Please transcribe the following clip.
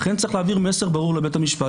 לכן יש להעביר מסר ברור לבית המשפט